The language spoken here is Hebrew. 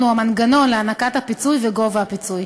הוא המנגנון להענקת הפיצוי וגובה הפיצוי.